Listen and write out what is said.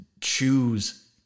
choose